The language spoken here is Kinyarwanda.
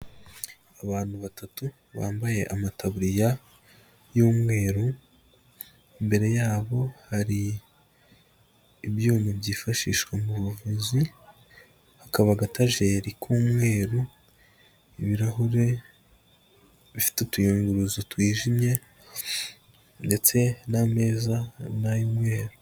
Abantu batatu bambaye amatabuririya y'umweru, imbere yabo hari ibyuma byifashishwa mu buvuzi, hakaba agatajeri k'umweru, ibirahure bifite utuyunguruzo twijimye ndetse n'ameza na yo ni ay'umweru.